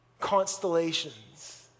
constellations